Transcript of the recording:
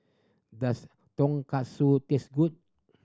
does Tonkatsu taste good